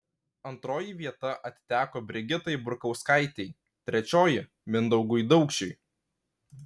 antroji vieta atiteko brigitai burkauskaitei trečioji mindaugui daukšiui